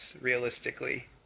realistically